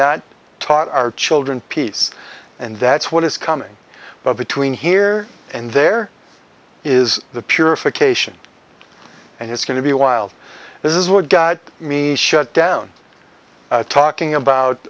not taught our children peace and that's what is coming but between here and there is the purification and it's going to be wild this is what got me shut down talking about